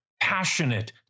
passionate